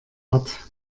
hat